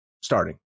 starting